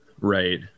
Right